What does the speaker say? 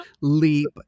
leap